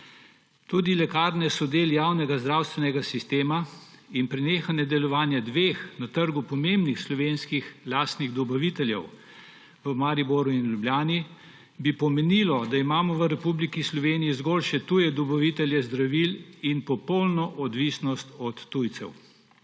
Tudi lekarne so del javnega zdravstvenega sistema in prenehanje delovanja dveh na trgu pomembnih slovenskih lastnih dobaviteljev v Mariboru in v Ljubljani bi pomenilo, da imamo v Republiki Sloveniji zgolj še tuje dobavitelje zdravil in popolno odvisnost od tujcev.